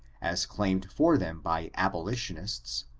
as claimed for them by abolitionista,